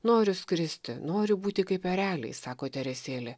noriu skristi noriu būti kaip ereliai sako teresėlė